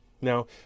Now